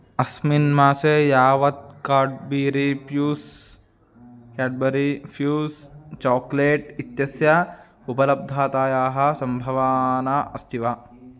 अस्मिन् मासे यावत् Cadbury Fuse Cadbury Fuse chocolate इत्यस्य उपलब्धतायाः सम्भावना अस्ति वा